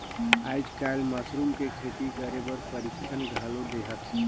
आयज कायल मसरूम के खेती करे बर परिक्छन घलो देहत हे